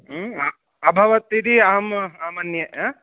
अभवत् इति अहम् आ मन्ये अ